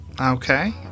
Okay